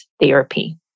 therapy